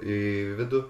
į vidų